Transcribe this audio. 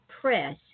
Press